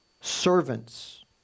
Servants